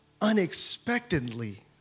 unexpectedly